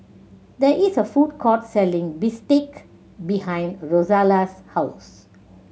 there is a food court selling bistake behind Rozella's house